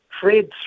Fred